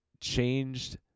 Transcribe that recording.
changed